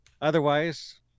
otherwise